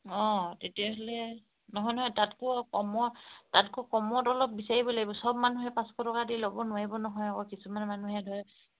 অঁ তেতিয়াহ'লে নহয় নহয় তাতকৈ কমত তাতকৈ কমত অলপ বিচাৰিব লাগিব চব মানুহে পাঁচশ টকা দি ল'ব নোৱাৰিব নহয় আকৌ কিছুমান মানুহে ধৰ